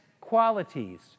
qualities